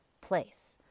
place